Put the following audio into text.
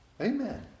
Amen